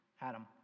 Adam